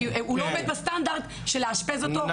כי הוא לא עומד בסטנדרט של לאשפז אותו,